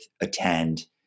attend